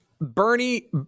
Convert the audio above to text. Bernie